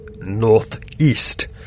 northeast